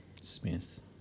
Smith